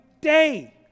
day